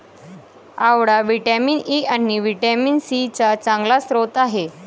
आवळा vitamin E आणि vitamin C चा चांगला स्रोत आहे